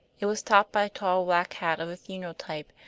it was topped by a tall black hat of a funeral type,